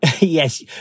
Yes